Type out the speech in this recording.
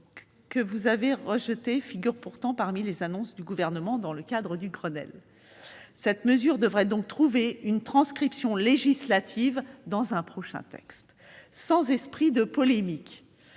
que vous avez rejetée, figure pourtant parmi les annonces du Gouvernement dans le cadre du Grenelle. Elle devrait donc trouver une transcription législative dans un prochain texte. Sans vouloir faire